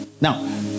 Now